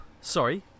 Sorry